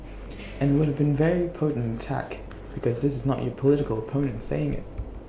and IT would have been very potent attack because this is not your political opponent saying IT